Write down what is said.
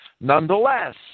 Nonetheless